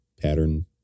pattern